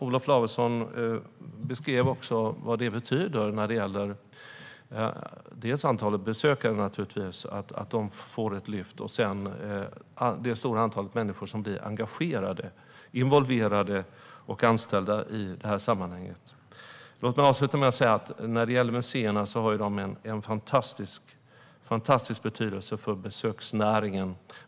Olof Lavesson beskrev vad det betyder, inte bara när det gäller antalet besökare - att det får ett lyft - utan också för det stora antal människor som blir engagerade, involverade och anställda i sammanhanget. Låt mig avsluta med att säga att museerna har en fantastisk betydelse för besöksnäringen.